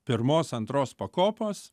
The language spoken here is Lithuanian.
pirmos antros pakopos